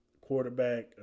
Quarterback